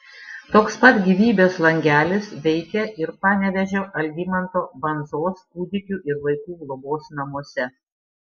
toks pat gyvybės langelis veikia ir panevėžio algimanto bandzos kūdikių ir vaikų globos namuose